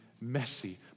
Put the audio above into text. messy